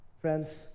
Friends